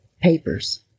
papers